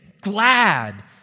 glad